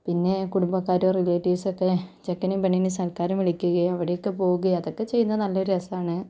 പിന്നെ കുടുംബക്കാരും റിലേറ്റീവ്സും ഒക്കെ ചെക്കനേയും പെണ്ണിനേയും സൽക്കാരം വിളിക്കുകയും അവിടൊക്കെ പോകുകയും അതൊക്കെ പെയ്യുന്നത് നല്ലൊരു രസമാണ്